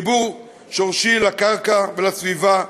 חיבור שורשי לקרקע ולסביבה,